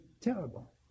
terrible